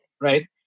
right